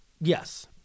Yes